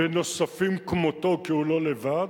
ונוספים כמותו, כי הוא לא לבד,